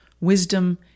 wisdom